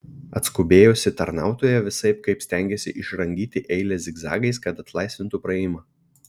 atskubėjusi tarnautoja visaip kaip stengėsi išrangyti eilę zigzagais kad atlaisvintų praėjimą